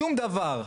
שום דבר,